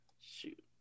Shoot